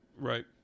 Right